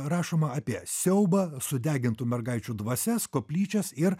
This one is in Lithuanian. rašoma apie siaubą sudegintų mergaičių dvasias koplyčias ir